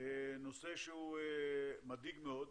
נושא מדאיג מאוד.